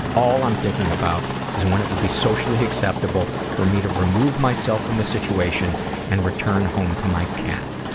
all i'm thinking about is when it would be socially acceptable for me to remove myself from the situation and return home to my cat.